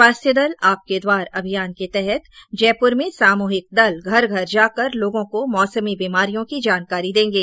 स्वास्थ्य दल आपके द्वार अभियान के तहत जयपुर में सामूहिक दल घर घर जाकर लोगों को मौसमी बीमारियों की जानकारी देंगे